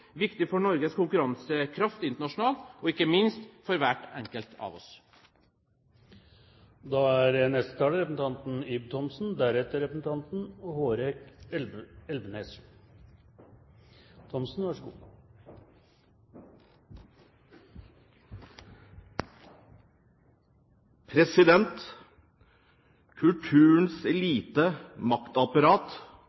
viktig for Norges konkurransekraft internasjonalt og ikke minst for hver enkelt av